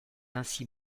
ainsi